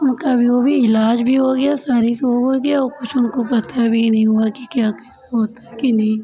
उनका भी ओ भी इलाज भी हो गया असानी से हो गया और कुछ उनको पता भी नहीं हुआ कि क्या कैसे होता है कि नहीं